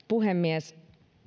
puhemies